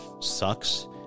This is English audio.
sucks